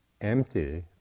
empty